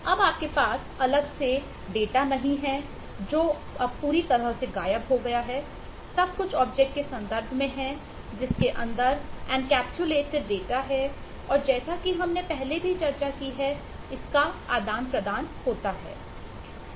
अब आपके पास अलग से डेटा नहीं है जो अब पूरी तरह से गायब हो गया है सब कुछ ऑब्जेक्ट है और जैसा कि हमने पहले भी चर्चा की है इसका आदान प्रदान होता है